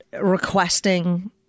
requesting